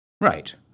Right